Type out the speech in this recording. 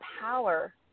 power